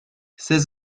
ces